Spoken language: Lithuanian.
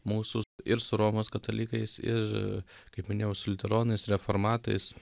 mūsų ir su romos katalikais ir kaip minėjau su liuteronais reformatais